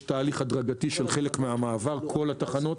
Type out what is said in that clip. תהליך הדרגתי של חלק ממעבר כל התחנות,